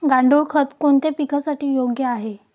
गांडूळ खत कोणत्या पिकासाठी योग्य आहे?